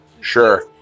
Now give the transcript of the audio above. Sure